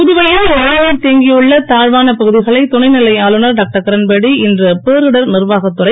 புதுவையில் மழை நீர் தேங்கியுள்ள தாழ்வான பகுதிகளை துணைநிலை ஆளுநர் டாக்டர் கிரண்பேடி இன்று பேரிடர் நிர்வாகத் துறை